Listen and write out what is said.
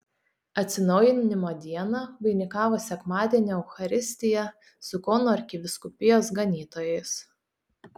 atsinaujinimo dieną vainikavo sekmadienio eucharistija su kauno arkivyskupijos ganytojais